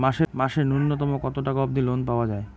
মাসে নূন্যতম কতো টাকা অব্দি লোন পাওয়া যায়?